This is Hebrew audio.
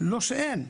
לא שאין,